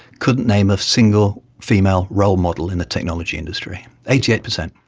couldn't name a single female role model in the technology industry. eighty eight percent.